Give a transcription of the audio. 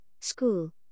school